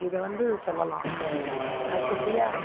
இது வந்து சொல்லலாம் அடுத்தபடியாக